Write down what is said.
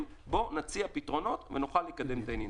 אלא נציע פתרונות ונקדם את הדברים.